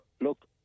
look